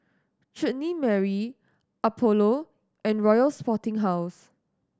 Chutney Mary Apollo and Royal Sporting House